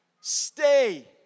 Stay